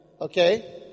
Okay